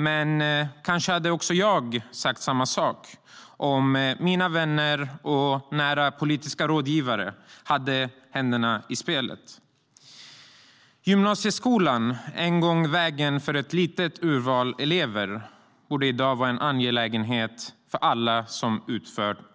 Men jag hade kanske sagt samma sak om mina vänner och nära politiska rådgivare hade ett finger med i det spelet. Gymnasieskolan, som en gång var vägen för ett litet urval elever, borde i dag vara en angelägenhet för alla som